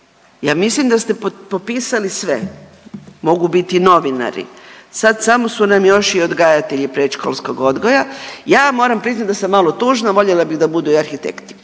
ja mislim da ste popisali sve mogu biti novinari, sad samo su nam još i odgajatelji predškolskog odgoja. Ja moram priznati da sam malo tužna, voljela bih da budu i arhitekti.